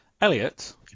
Elliot